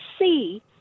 see